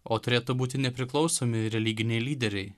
o turėtų būti nepriklausomi religiniai lyderiai